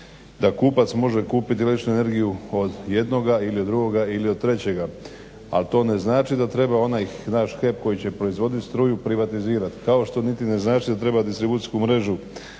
da kupac može kupiti električnu energiju od jednoga ili od drugoga ili od trećega, a to ne znači da ne treba onaj naš HEP koji će proizvodit struju privatizirat, kao što niti ne znači da treba distribucijsku mrežu